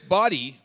body